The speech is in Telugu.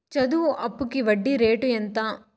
చదువు అప్పుకి వడ్డీ రేటు ఎంత?